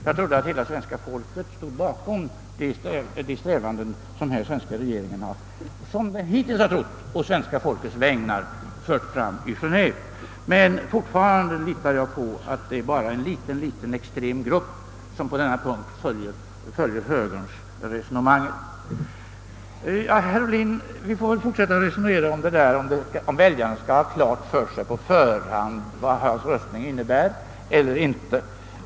Jag trodde att hela svenska folket stod bakom de strävanden som svenska regeringen — så som jag hittills har uppfattat det — på svenska folkets vägnar fört fram i Genéve. Och fortfarande litar jag på att det bara är en liten extrem grupp som på denna punkt instämmer i högerns resonemang. Herr Ohlin, vi får tydligen lov att fortsätta att resonera om huruvida väljaren på förhand skall ha klart för sig vad hans röstning innebär eller inte.